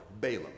Balaam